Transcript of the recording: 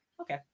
Okay